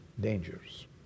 dangers